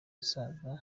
gusaza